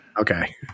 Okay